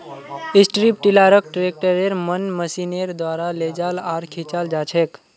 strip टीलारक ट्रैक्टरेर मन मशीनेर द्वारा लेजाल आर खींचाल जाछेक